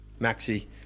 maxi